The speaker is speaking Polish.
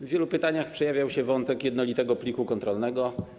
W wielu pytaniach przejawiał się wątek jednolitego pliku kontrolnego.